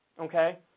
Okay